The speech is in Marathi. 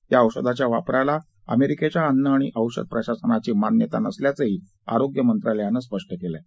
या औषधाच्या वापराला अमेरिकेच्या अन्न आणि औषध प्रशासनाची मान्यता नसल्याचंही आरोग्य मंत्रालयानं स्पष्ट केलं आहे